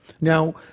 Now